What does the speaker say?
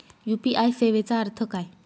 UPI सेवेचा अर्थ काय?